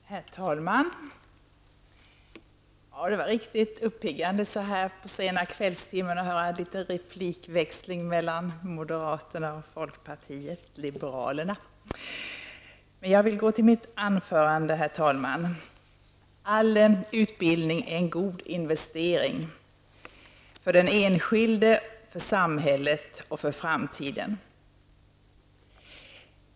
Herr talman! Det var riktigt uppiggande den här sena kvällstimmen att få höra en replikväxling mellan moderaterna och folkpartiet liberalerna. Men låt mig gå över till mitt anförande. All utbildning är god investering -- för den enskilde, för samhället och för framtiden.